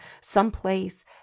someplace